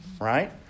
right